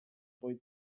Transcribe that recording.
boy